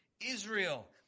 Israel